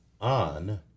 on